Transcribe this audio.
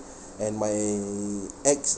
and my ex